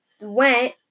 went